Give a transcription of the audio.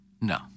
No